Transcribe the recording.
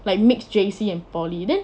like mix J_C and poly then